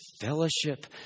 fellowship